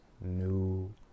new